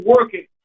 working